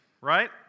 right